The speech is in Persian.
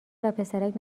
وپسرک